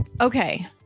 Okay